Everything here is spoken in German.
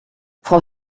frau